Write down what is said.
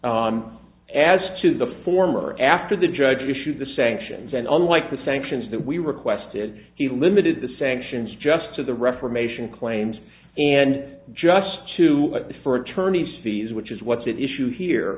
claim as to the former after the judge issued the sanctions and unlike the sanctions that we requested he limited the sanctions just to the reformation claims and just to pay for attorney's fees which is what's at issue here